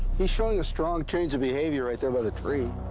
he's showing a strong change of behavior right there by the tree.